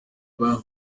bari